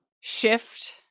shift